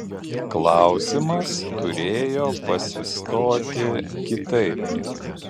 klausimas turėjo pasistoti kitaip